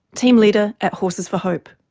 team leader at horses for hope.